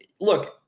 Look